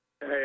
Hey